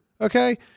okay